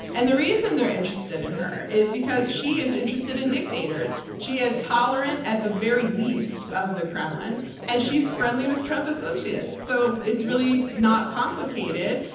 and the reason they're interested in her is because she is interested in dictators. she is tolerant, at the very least, of the kremlin and she's friendly with trump associates. so it's really not complicated.